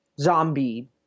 zombie